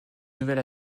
nouvelle